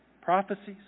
prophecies